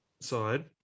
side